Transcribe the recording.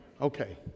okay